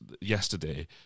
yesterday